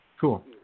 Cool